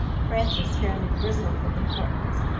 frances fairly bristled with importance,